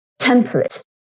template